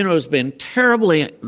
and has been terribly